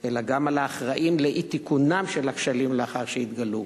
אלא גם על האחראים לאי-תיקונם של הכשלים לאחר שהתגלו.